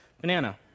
Banana